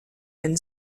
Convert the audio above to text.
been